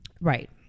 Right